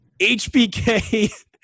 HBK